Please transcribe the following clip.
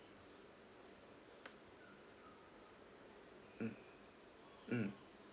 mm mm